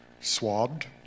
swabbed